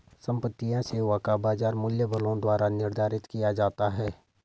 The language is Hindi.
संपत्ति या सेवा का बाजार मूल्य बलों द्वारा निर्धारित किया जाता है